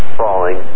falling